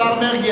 השר מרגי,